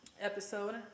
episode